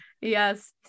yes